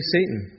Satan